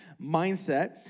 mindset